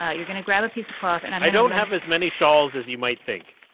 ah you're going to grab a piece of cloth. and i don't have as many shawls as you might think